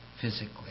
physically